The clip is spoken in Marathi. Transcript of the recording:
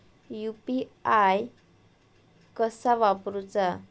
यू.पी.आय कसा वापरूचा?